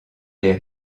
les